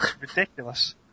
Ridiculous